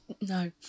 no